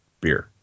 beer